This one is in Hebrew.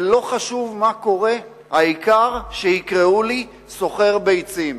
שלא חשוב מה קורה, העיקר שיקראו לי סוחר ביצים.